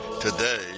today